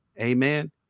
amen